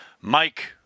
Mike